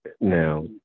now